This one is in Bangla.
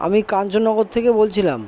আমি কাঞ্চননগর থেকে বলছিলাম